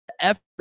Effort